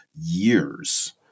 years